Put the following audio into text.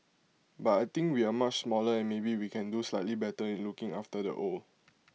but I think we are much smaller and maybe we can do slightly better in looking after the old